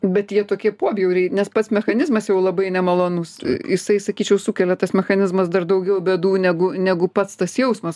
bet jie tokie pobjauriai nes pats mechanizmas jau labai nemalonus jisai sakyčiau sukelia tas mechanizmas dar daugiau bėdų negu negu pats tas jausmas